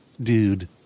dude